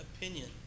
opinion